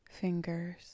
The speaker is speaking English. fingers